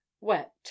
wept